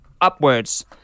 upwards